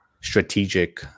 strategic